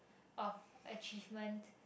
of achievement